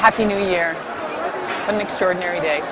happy new year an extraordinary day